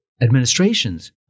administrations